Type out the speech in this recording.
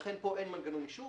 לכן אין פה מנגנון אישור,